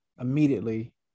immediately